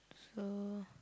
so